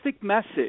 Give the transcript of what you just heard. message